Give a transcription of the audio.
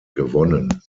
gewonnen